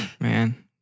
Man